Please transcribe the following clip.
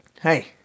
hey